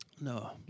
No